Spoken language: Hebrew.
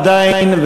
עדיין,